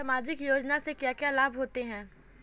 सामाजिक योजना से क्या क्या लाभ होते हैं?